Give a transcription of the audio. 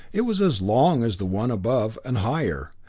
it was as long as the one above, and higher,